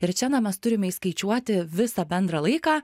ir čia na mes turime įskaičiuoti visą bendrą laiką